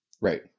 right